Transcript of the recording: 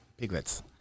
Piglets